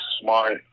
smart